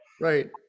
Right